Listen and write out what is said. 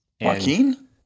Joaquin